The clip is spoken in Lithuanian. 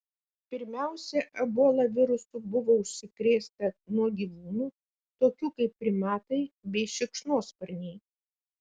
pirmiausia ebola virusu buvo užsikrėsta nuo gyvūnų tokių kaip primatai bei šikšnosparniai